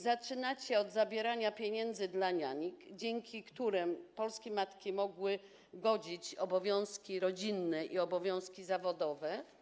Zaczynacie od zabierania pieniędzy dla niań, dzięki którym polskie matki mogły godzić obowiązki rodzinne i obowiązki zawodowe.